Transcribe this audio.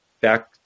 back